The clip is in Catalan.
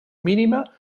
mínima